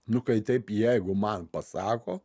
nu kai taip jeigu man pasako